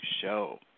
Show